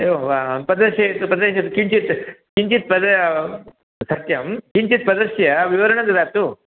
एवं वा प्रदर्शयतु पदर्श् किञ्चित् किञ्चित् पद सत्यम् किञ्चित् पदस्य विवरणं ददातु